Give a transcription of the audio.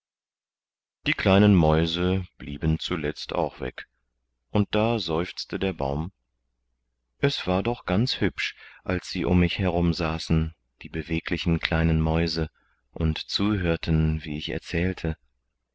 die kleinen mäuse blieben zuletzt auch weg und da seufzte der baum es war doch ganz hübsch als sie um mich herum saßen die beweglichen kleinen mäuse und zuhörten wie ich erzählte